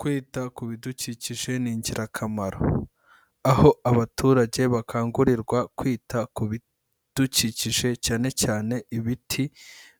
Kwita ku bidukikije ni ingirakamaro, aho abaturage bakangurirwa kwita ku bidukikije cyane cyane ibiti,